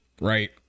right